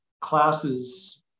classes